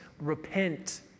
repent